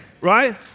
Right